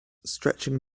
stretching